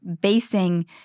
basing